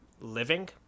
living